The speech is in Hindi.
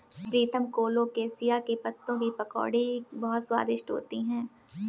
प्रीतम कोलोकेशिया के पत्तों की पकौड़ी बहुत स्वादिष्ट होती है